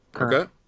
Okay